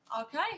Okay